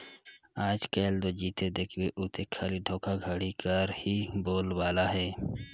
आएज काएल दो जिते देखबे उते खाली धोखाघड़ी कर ही बोलबाला अहे